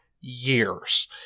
years